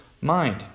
mind